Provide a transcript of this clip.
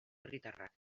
herritarrak